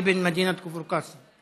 אבן מדינת כפר קאסם,